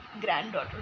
granddaughter